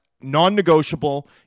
non-negotiable